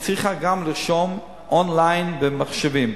שהיא צריכה גם לרשום און-ליין במחשבים,